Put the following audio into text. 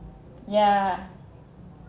yeah